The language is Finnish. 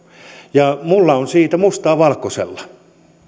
ja minulla on siitä mustaa valkoisella